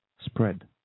spread